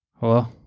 Hello